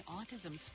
Autism